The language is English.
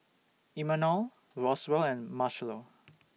Imanol Roswell and Marchello